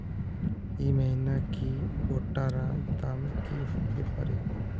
ई महीना की भुट्टा र दाम की होबे परे?